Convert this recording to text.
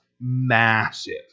massive